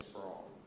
for all.